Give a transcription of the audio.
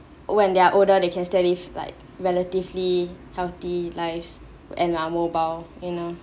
when they're older they can stay live like relatively healthy lives and are mobile you know